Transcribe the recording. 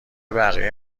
بقیه